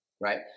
right